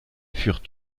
furent